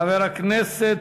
חבר הכנסת,